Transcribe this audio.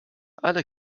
alle